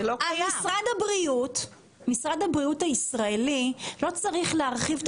משרד הבריאות הישראלי לא צריך להרחיב את